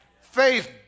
Faith